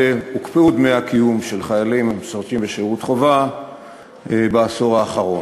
דמי הקיום של חיילים המשרתים בשירות חובה בעשור האחרון.